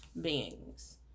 beings